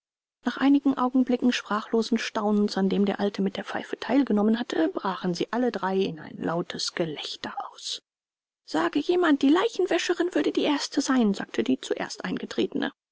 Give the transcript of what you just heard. nach einigen augenblicken sprachlosen staunens an dem der alte mit der pfeife teilgenommen hatte brachen sie alle drei in ein lautes gelächter aus sage jemand die leichenwäscherin würde die erste sein sagte die zuerst eingetretene